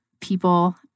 people